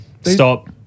Stop